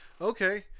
Okay